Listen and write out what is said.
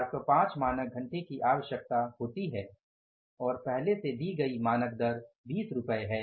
405 मानक घंटे की आवश्यकता होती है और पहले से दी गई मानक दर 20 रुपये है